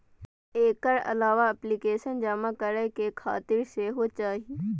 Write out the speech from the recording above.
एकर अलावा एप्लीकेशन जमा करै के तारीख सेहो चाही